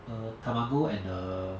err tamago and the